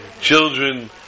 children